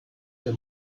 der